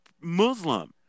Muslim